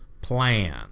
plan